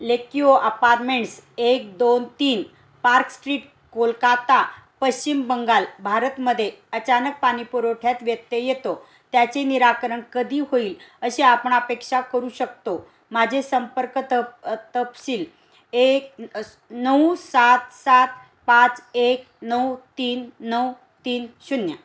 लेकयूह apartments एक दोन तीन पार्क स्ट्रीट कोलकाता पश्चिम बंगाल भारतमध्ये अचानक पानी पुरवठ्यात व्यत्यय येतो त्याचे निराकरण कधी होईल अशी आपण अपेक्षा करू शकतो माझे संपर्क तप तपशील एक नऊ सात सात पाच एक नऊ तीन नऊ तीन शून्य